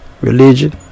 religion